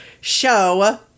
show